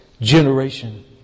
generation